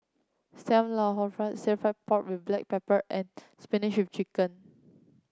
Sam Lau Hor Fun Stir Fried Pork with Black Pepper and Spinach Chicken